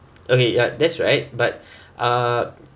okay ya that's right but uh